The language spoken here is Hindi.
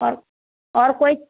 और और कोई